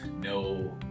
No